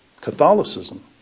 Catholicism